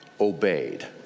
obeyed